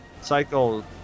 cycle